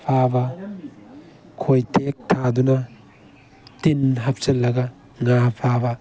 ꯐꯥꯕ ꯈꯣꯏꯇꯦꯛ ꯊꯥꯗꯨꯅ ꯇꯤꯟ ꯍꯥꯞꯆꯤꯜꯂꯒ ꯉꯥ ꯐꯥꯕ